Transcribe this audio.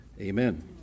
Amen